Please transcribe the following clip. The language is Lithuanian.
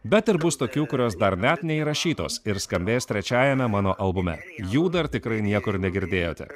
bet ir bus tokių kurios dar net neįrašytos ir skambės trečiajame mano albume jų dar tikrai niekur negirdėjote